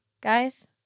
Guys